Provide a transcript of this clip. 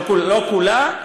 לא כולה,